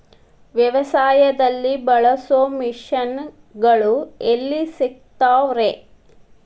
ವ್ಯವಸಾಯದಲ್ಲಿ ಬಳಸೋ ಮಿಷನ್ ಗಳು ಎಲ್ಲಿ ಸಿಗ್ತಾವ್ ರೇ?